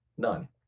None